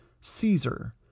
Caesar